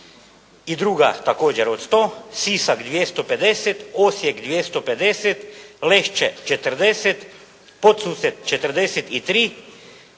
i druga također od 100, Sisak 250 Osijek 250, Lešće 40, Podsused 43,